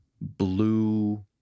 blue